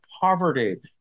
poverty